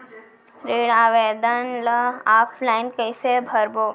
ऋण आवेदन ल ऑफलाइन कइसे भरबो?